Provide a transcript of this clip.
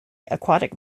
aquatic